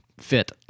fit